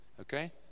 okay